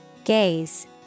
Gaze